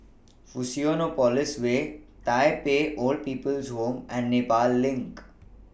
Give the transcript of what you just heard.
Fusionopolis Way Tai Pei Old People's Home and Nepal LINK